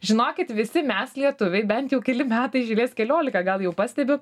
žinokit visi mes lietuviai bent jau keli metai iš eilės keliolika gal jau pastebiu